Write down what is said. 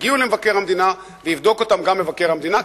יגיעו למבקר המדינה ויבדוק אותם גם מבקר המדינה,